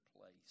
place